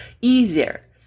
easier